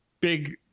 big